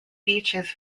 beaches